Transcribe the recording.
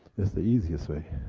that's the easiest way.